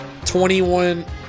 21